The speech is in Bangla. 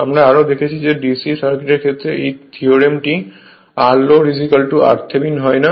আমরা আরও দেখেছি যে DC সার্কিটের ক্ষেত্রে এই থিওরেমটি Refer Time 3226 r load r Thevenin হয় না